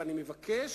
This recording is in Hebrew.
ואני מבקש,